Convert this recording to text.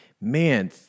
Man